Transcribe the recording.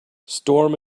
storm